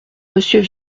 monsieur